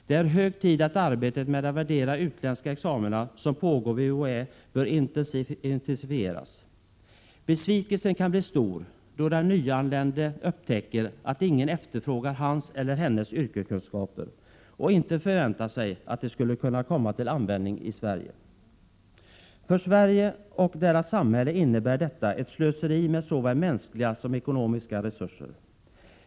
Det är hög tid att arbetet med att värdera utländska examina, som pågår vid UHÅÄ, intensifieras. Besvikelsen kan bli stor, då den nyanlände upptäcker att ingen efterfrågar hans eller hennes yrkeskunskaper eller förväntar sig att de skulle kunna komma till användning i Sverige. För det svenska samhället innebär detta ett slöseri med såväl mänskliga som ekonomiska resurser.